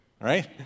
right